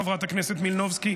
חברת הכנסת מלינובסקי,